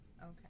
Okay